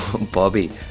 Bobby